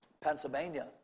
Pennsylvania